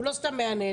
הוא לא סתם מהנהן,